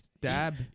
Dab